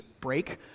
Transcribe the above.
break